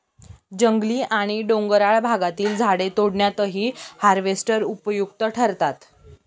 जंगली आणि डोंगराळ भागातील झाडे तोडण्यातही हार्वेस्टर उपयुक्त ठरतात